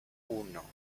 uno